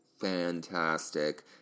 fantastic